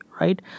right